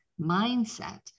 mindset